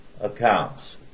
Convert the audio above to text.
accounts